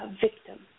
victim